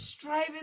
striving